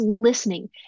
listening